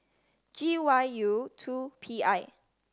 G Y U two P I